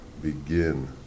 begin